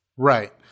Right